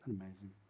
Amazing